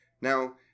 Now